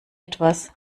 etwas